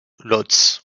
łódź